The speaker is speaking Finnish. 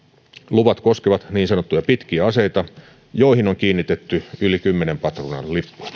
luvat koskevat niin sanottuja pitkiä aseita joihin on kiinnitetty yli kymmenen patruunan lipas